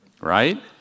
right